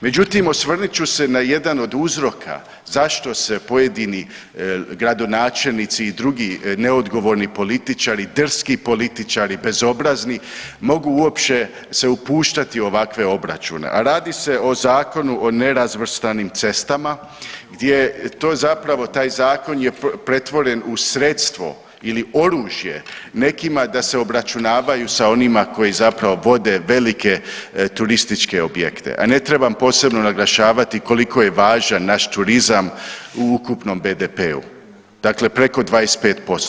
Međutim osvrnut ću se na jedan od uzroka zašto se pojedini gradonačelnici i drugi neodgovorni političari, drski političari, bezobrazni mogu uopće se upuštati u ovakve obračune, a radi se o Zakonu o nerazvrstanim cestama gdje to zapravo taj zakon je pretvore u sredstvo ili oružje nekima da se obračunavaju sa onima koji zapravo vode velike turističke objekte, a ne trebam posebno naglašavati koliko je važna naš turizam u ukupnom BDP-u, dakle preko 25%